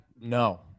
no